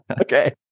Okay